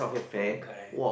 uh correct